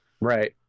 Right